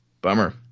Bummer